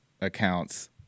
accounts